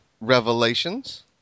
Revelations